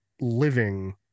living